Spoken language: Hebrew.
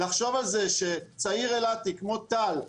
לחשוב שצעיר אילתי כמו טל,